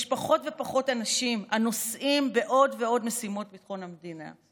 יש פחות ופחות אנשים הנושאים בעוד ועוד משימות ביטחון המדינה.